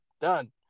done